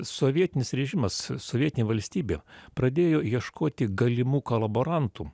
sovietinis režimas sovietinė valstybė pradėjo ieškoti galimų kolaborantų